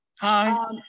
hi